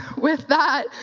with that,